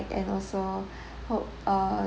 and also hope uh